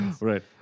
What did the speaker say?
Right